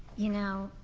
you know,